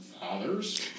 fathers